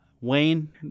Wayne